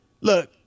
look